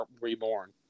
reborn